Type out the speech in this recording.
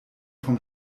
vom